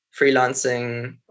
freelancing